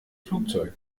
flugzeug